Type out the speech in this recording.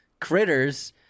Critters